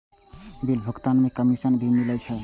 Bill भुगतान में commission भी मिले छै?